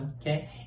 okay